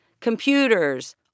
computers